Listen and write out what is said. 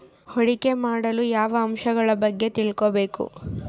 ಹೂಡಿಕೆ ಮಾಡಲು ಯಾವ ಅಂಶಗಳ ಬಗ್ಗೆ ತಿಳ್ಕೊಬೇಕು?